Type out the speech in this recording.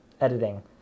editing